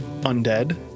undead